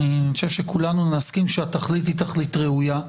אני חושב שכולנו נסכים שהתכלית היא תלית ראויה,